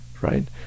right